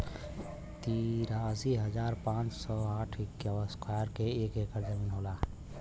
तिरालिस हजार पांच सौ और साठ इस्क्वायर के एक ऐकर जमीन होला